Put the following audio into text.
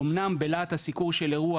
אמנם בלהט הסיקור של אירוע,